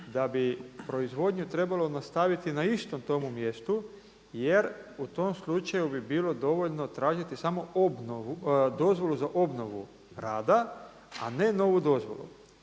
da bi proizvodnju trebalo nastaviti na istom tom mjestu, jer u tom slučaju bi bilo dovoljno tražiti samo dozvolu za obnovu rada, a ne novu dozvolu.